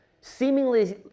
Seemingly